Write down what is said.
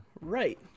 Right